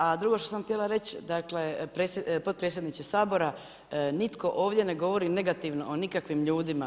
A drugo što sam htjela reći, dakle potpredsjedniče Sabora, nitko ovdje ne govori negativno o nikakvim ljudima.